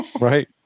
Right